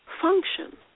function